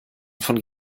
von